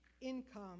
income